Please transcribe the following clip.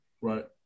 Right